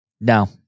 no